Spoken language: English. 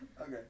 okay